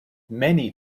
many